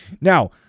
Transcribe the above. Now